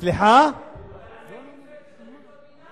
אבל אז הייתי צועק יותר קריאות ביניים.